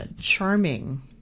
charming